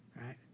right